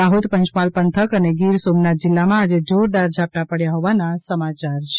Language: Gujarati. દાહોદ પંચમહાલ પંથક અને ગીર સોમનાથ જિલ્લામાં આજે જોરદાર ઝાપટાં પડ્યા હોવાના સમાચાર છે